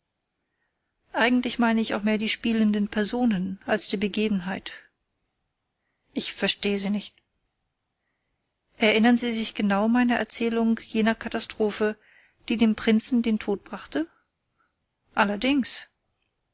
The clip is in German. eigentlich meinte ich auch mehr die spielenden personen als die begebenheit ich verstehe sie nicht erinnern sie sich genau meiner erzählung jener katastrophe die dem prinzen den tod brachte allerdings